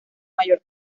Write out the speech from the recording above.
mayor